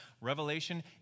Revelation